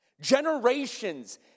Generations